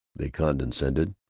they condescended.